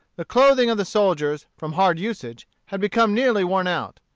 the clothing of the soldiers, from hard usage, had become nearly worn out.